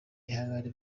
ihangane